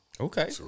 Okay